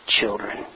children